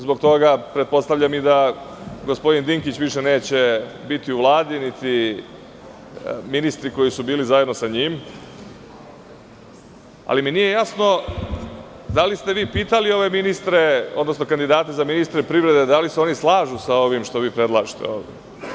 Zbog toga pretpostavljam da i gospodin Dinkić više neće biti u Vladi, niti ministri koji su bili zajedno sa njim, ali mi nije jasno da li ste vi pitali ove ministre, odnosno kandidate za ministre privrede da li se oni slažu sa ovim što vi predlažete ovde.